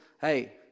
hey